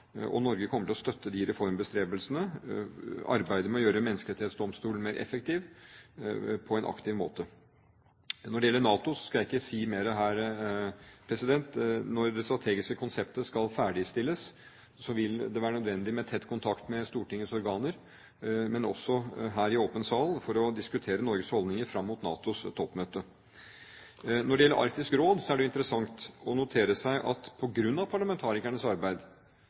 Europa. Norge kommer til å støtte reformbestrebelsene, arbeidet med å gjøre Menneskerettighetsdomstolen mer effektiv, på en aktiv måte. Når det gjelder NATO, skal jeg ikke si mer her. Når det strategiske konseptet skal ferdigstilles, vil det være nødvendig med tett kontakt med Stortingets organer, men også her i åpen sal, for å diskutere Norges holdninger fram mot NATOs toppmøte. Når det gjelder Arktisk Råd, er det interessant å notere seg at på grunn av parlamentarikernes arbeid